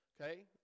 Okay